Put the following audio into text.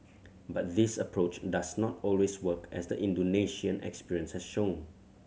but this approach does not always work as the Indonesian experience has shown